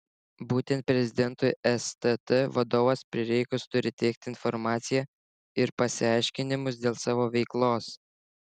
būtent prezidentui stt vadovas prireikus turi teikti informaciją ir pasiaiškinimus dėl savo veiklos